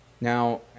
Now